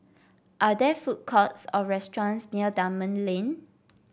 are there food courts or restaurants near Dunman Lane